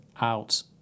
out